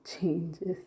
changes